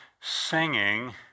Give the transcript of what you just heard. singing